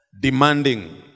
demanding